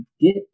get